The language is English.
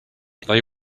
they